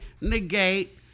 negate